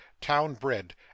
town-bred